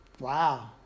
Wow